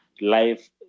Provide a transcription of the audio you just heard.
life